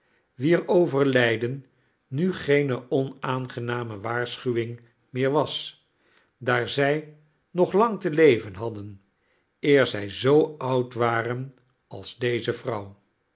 wier overlijden nu geene onaangename waarschuwing meer was daar zij nog lang te leven hadden eer zij zoo oud waren als deze vrouw